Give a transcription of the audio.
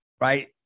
right